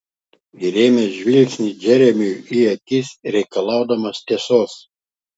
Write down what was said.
įrėmė žvilgsnį džeremiui į akis reikalaudamas tiesos